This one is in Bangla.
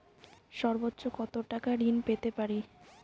সর্বোচ্চ কত টাকা ঋণ পেতে পারি?